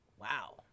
Wow